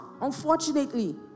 unfortunately